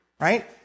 right